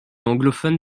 anglophone